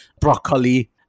broccoli